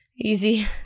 Easy